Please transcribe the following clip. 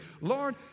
Lord